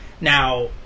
Now